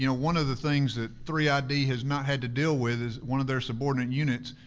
you know one of the things that three id has not had to deal with, is one of their subordinate units,